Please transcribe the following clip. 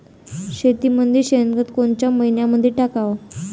मातीमंदी शेणखत कोनच्या मइन्यामंधी टाकाव?